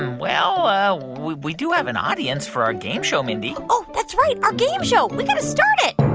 um well, we we do have an audience for our game show, mindy oh, that's right, our game show. we got to start it